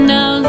Now